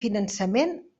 finançament